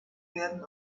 werden